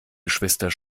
geschwister